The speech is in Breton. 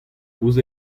ouzh